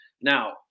now